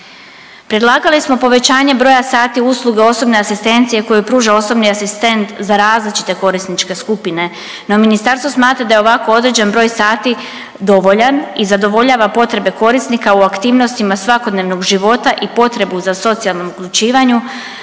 Predlagali smo povećanje broja sati usluge osobne asistencije koju pruža osobni asistent za različite korisničke skupine, no ministarstvo smatra da je ovako određen broj sati dovoljan i zadovoljava potrebe korisnika u aktivnostima svakodnevnog života i potrebu za socijalnom uključivanju